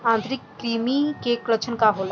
आंतरिक कृमि के लक्षण का होला?